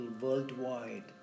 worldwide